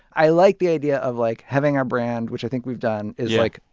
i like the idea of, like, having our brand, which i think we've done, is, like,